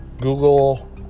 Google